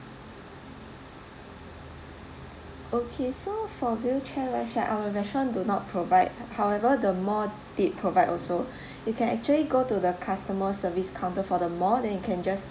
okay so for wheelchair wise right our restaurant do not provide h~ however the mall did provide also you can actually go to the customer service counter for the mall then you can just